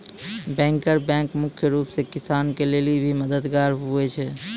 banker bank मुख्य रूप से किसान के लेली भी मददगार हुवै छै